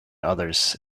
others